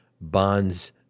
bonds